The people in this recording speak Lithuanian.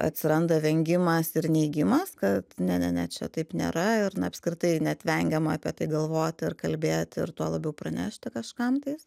atsiranda vengimas ir neigimas kad ne ne ne čia taip nėra ir apskritai net vengiama apie tai galvot ir kalbėt ir tuo labiau pranešti kažkam tais